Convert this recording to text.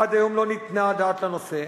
עד היום לא ניתנה הדעת לנושא,